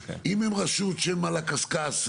אם הן רשות שהן על הקשקש,